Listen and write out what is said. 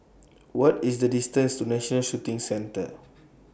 What IS The distance to National Shooting Center